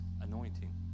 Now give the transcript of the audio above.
anointing